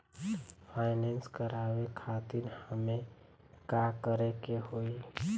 Finance करावे खातिर हमें का करे के होई?